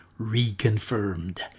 Reconfirmed